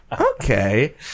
Okay